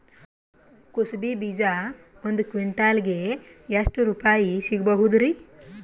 ಕುಸಬಿ ಬೀಜ ಒಂದ್ ಕ್ವಿಂಟಾಲ್ ಗೆ ಎಷ್ಟುರುಪಾಯಿ ಸಿಗಬಹುದುರೀ?